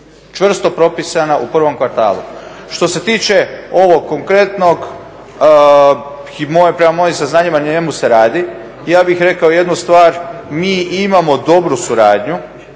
čvrsto propisana u prvom kvartalu. Što se tiče ovog konkretnog prema mojim saznanjima na njemu se radi. Ja bih rekao jednu stvar, mi imamo dobru suradnju,